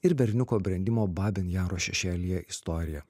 ir berniuko brendimo babyn jaro šešėlyje istorija